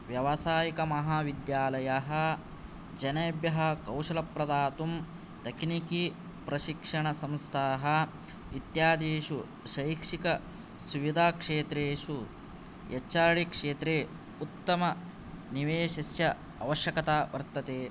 व्यवसायिका महाविद्यालयाः जनेभ्यः कौशल प्रदातुं तकनीकी प्रशिक्षण संस्थाः इत्यादिषु शैक्षिक सुविधा क्षेत्रेषु एच् आर् डि क्षेत्रे उत्तम निवेशस्य आवश्यकता वर्तते